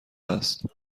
است